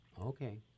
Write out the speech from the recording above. Okay